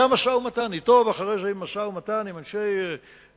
היה משא-ומתן אתו, ואחרי זה משא-ומתן עם